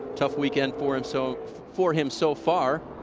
tough weekend for im so for im so far.